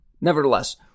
nevertheless